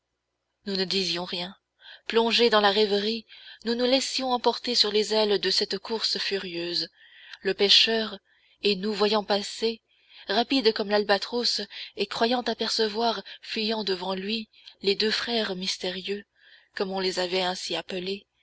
nous ne disions rien plongés dans la rêverie nous nous laissions emporter sur les ailes de cette course furieuse le pêcheur nous voyant passer rapides comme l'albatros et croyant apercevoir fuyant devant lui les deux frères mystérieux comme on les avait ainsi appelés